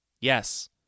Yes